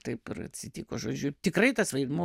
taip ir atsitiko žodžiu tikrai tas vaidmuo